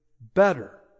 better